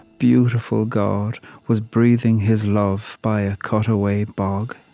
beautiful god was breathing his love by a cut-away bog.